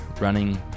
running